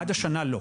לא, עד השנה לא.